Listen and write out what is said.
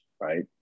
right